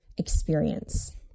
experience